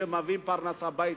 שמביאים הביתה פרנסה.